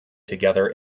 together